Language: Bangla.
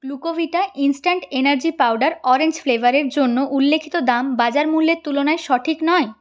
Glucovita instant energy powder orange flavour এর জন্য উল্লিখিত দাম বাজার মূল্যের তুলনায় সঠিক নয়